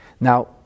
Now